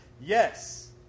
Yes